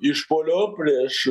išpuolio prieš